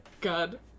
god